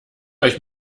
euch